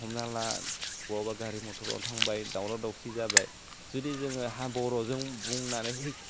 हमना ला बहाबा गारि मटराव थांबाय दावराव दावसि जाबाय जुदि जोङोहा बर'जों बुनानैहै